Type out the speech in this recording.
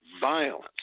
violence